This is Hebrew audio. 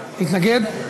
לפרוטוקול.